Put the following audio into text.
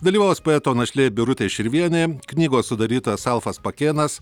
dalyvaus poeto našlė birutė širvienė knygos sudarytojas alfas pakėnas